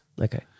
Okay